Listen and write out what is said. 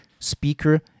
Speaker